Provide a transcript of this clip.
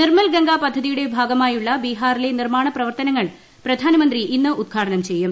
നിർമ്മൽ ഗംഗാ പദ്ധതിയുടെ ഭാഗ്രമായുള്ള ബീഹാറിലെ നിർമ്മാണ പ്രവർത്തനങ്ങൾ പ്രധാനമന്ത്രി ഇന്ന് ഉദ്ഘാടനം ചെയ്യും